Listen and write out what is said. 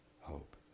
hope